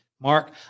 Mark